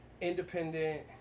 independent